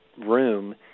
room